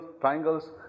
triangles